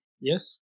yes